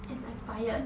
and